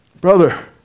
Brother